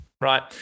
right